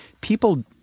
People